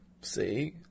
See